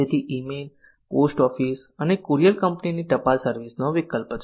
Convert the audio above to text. તેથી email post office અથવા કુરિયર કંપનીની ટપાલ સર્વિસ નો વિકલ્પ છે